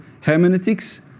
hermeneutics